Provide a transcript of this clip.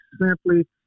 simply